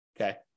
okay